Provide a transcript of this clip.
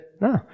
No